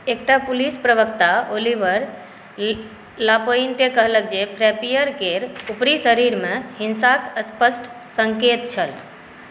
एकटा पुलिस प्रवक्ता Oliver Lapointe कहलक जे फ्रैपीयर केर ऊपरी शरीरमे हिँसाक स्पष्ट सङ्केत छल